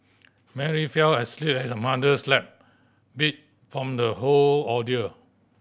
Mary fell asleep at her mother's lap beat from the whole ordeal